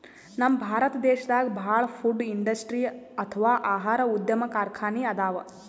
ನಮ್ ಭಾರತ್ ದೇಶದಾಗ ಭಾಳ್ ಫುಡ್ ಇಂಡಸ್ಟ್ರಿ ಅಥವಾ ಆಹಾರ ಉದ್ಯಮ್ ಕಾರ್ಖಾನಿ ಅದಾವ